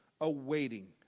awaiting